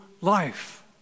life